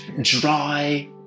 dry